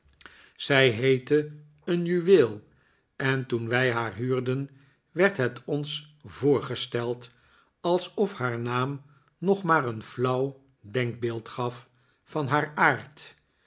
zij heette een juwe'el en toen wij haar huurden werd het ons voorgesteld alsof haar naam nog maar een flauw denkbeeld gaf van haar aard